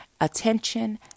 attention